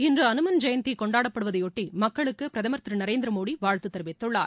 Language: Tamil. இன்று அனுமந்ஜெயந்தி கொண்டாடப்படுவதையொட்டி மக்களுக்கு பிரதமர் திரு நரேந்திர மோடி வாழ்த்து தெரிவித்துள்ளார்